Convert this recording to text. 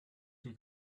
she